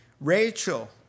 Rachel